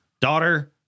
daughter